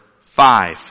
five